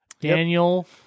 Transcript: Daniel